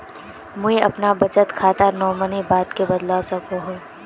मुई अपना बचत खातार नोमानी बाद के बदलवा सकोहो ही?